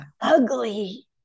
ugly